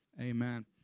Amen